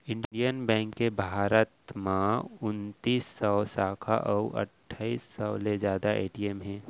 Indian bank के भारत म उनतीस सव साखा अउ अट्ठाईस सव ले जादा ए.टी.एम हे